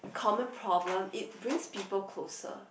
common problem it brings people closer